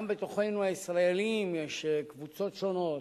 גם בתוכנו הישראלים יש קבוצות שונות,